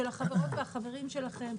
של החברות והחברים שלכם,